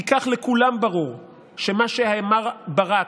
כי כך לכולם ברור שמה שאמר ברק,